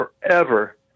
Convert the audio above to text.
forever